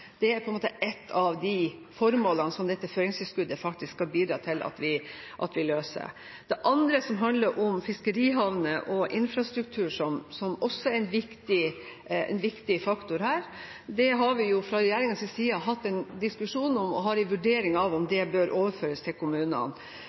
er ett av de formålene som dette føringstilskuddet skal bidra til å løse. Det andre, som handler om fiskerihavner og infrastruktur, som også er en viktig faktor her, har vi fra regjeringens side hatt en diskusjon om, og har en vurdering av om det bør overføres til kommunene.